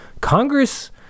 congress